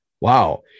wow